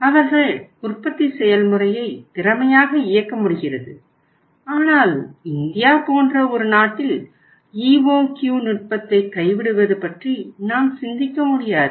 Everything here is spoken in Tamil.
அவர்கள் உற்பத்தி செயல்முறையை திறமையாக இயக்க முடிகிறது ஆனால் இந்தியா போன்ற ஒரு நாட்டில் EOQ நுட்பத்தை கைவிடுவது பற்றி நாம் சிந்திக்க முடியாது